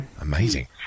Amazing